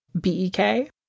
B-E-K